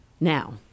Now